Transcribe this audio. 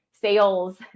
Sales